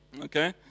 Okay